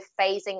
phasing